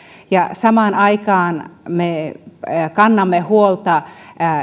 samaan aikaan me kannamme huolta